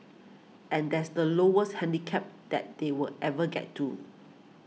and that's the lowest handicap that they were ever get to